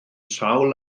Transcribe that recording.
sawl